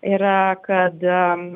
yra kad a